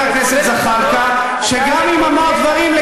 עם חבר הכנסת זחאלקה, שגם אם אמר, זה כולל קללות?